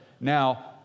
Now